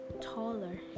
taller